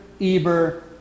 Eber